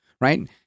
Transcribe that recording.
right